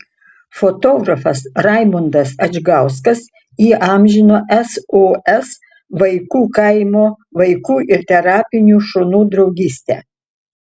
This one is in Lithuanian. fotografas raimundas adžgauskas įamžino sos vaikų kaimo vaikų ir terapinių šunų draugystę